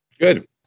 Good